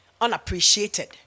unappreciated